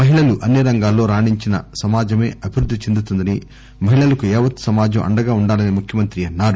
మహిళలు అన్ని రంగాల్లో రాణించిన సమాజమే అభివృద్ది చెందుతుందని మహిళలకు యావత్ సమాజం అండగా ఉండాలని ముఖ్యమంత్రి అన్సారు